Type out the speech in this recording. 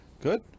good